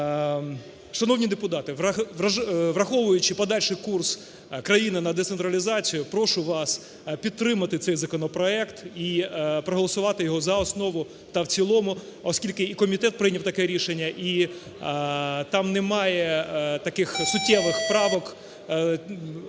Шановні депутати, враховуючи подальший курс країни на децентралізацію, прошу вас підтримати цей законопроект і проголосувати його за основу та в цілому, оскільки і комітет прийняв таке рішення, і там немає таких суттєвих правок